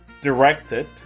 directed